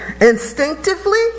instinctively